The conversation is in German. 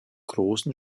großen